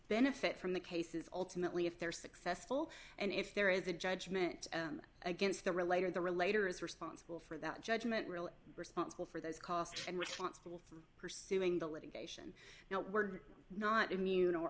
benefit from the cases ultimately if they're successful and if there is a judgment against the relator the relator is responsible for that judgment really responsible for those costs and responsible for pursuing the litigation now we're not immune